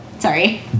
Sorry